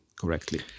correctly